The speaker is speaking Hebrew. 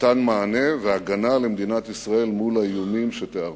מתן מענה והגנה למדינת ישראל מול האיומים שתיארתי.